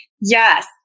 Yes